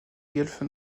guelfes